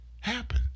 happen